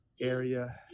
area